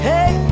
Hey